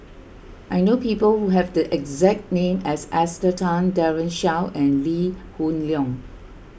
I know people who have the exact name as Esther Tan Daren Shiau and Lee Hoon Leong